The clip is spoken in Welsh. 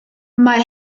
mae